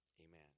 amen